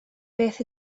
beth